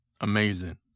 Amazing